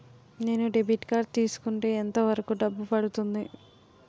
నేను debit card తీసుకుంటే ఎంత వరకు డబ్బు పడుతుంది?